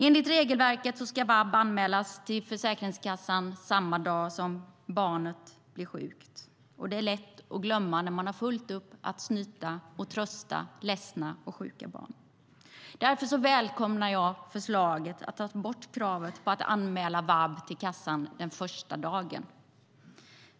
Enligt regelverket ska VAB anmälas till Försäkringskassan samma dag som barnet blir sjukt, vilket är lätt att glömma när man har fullt upp med att snyta och trösta ledsna och sjuka barn. Därför välkomnar jag förslaget att ta bort kravet på att man måste anmäla VAB till kassan den första dagen.